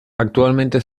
actualmente